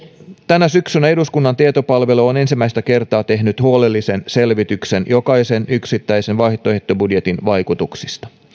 tänä syksynä eduskunnan tietopalvelu on ensimmäistä kertaa tehnyt huolellisen selvityksen jokaisen yksittäisen vaihtoehtobudjetin vaikutuksista